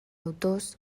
autors